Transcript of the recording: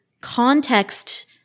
context